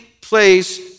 place